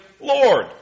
Lord